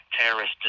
terrorist